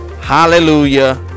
hallelujah